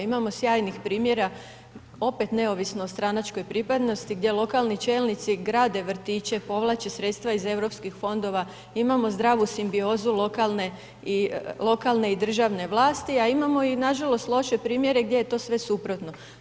Imamo sjajnih primjera, opet neovisno o stranačkoj pripadnosti gdje lokalni čelnici grade vrtiće, povlače sredstva iz Europskih fondova, imamo zdravu simbiozu lokalne i državne vlasti, a imamo i nažalost, loše primjere gdje je to sve suprotno.